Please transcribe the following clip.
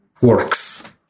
works